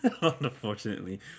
Unfortunately